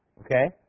Okay